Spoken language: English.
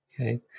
Okay